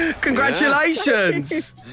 Congratulations